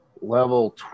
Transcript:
level